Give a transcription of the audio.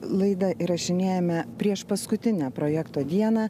laida įrašinėjame priešpaskutinę projekto dieną